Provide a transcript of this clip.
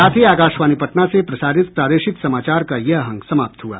इसके साथ ही आकाशवाणी पटना से प्रसारित प्रादेशिक समाचार का ये अंक समाप्त हुआ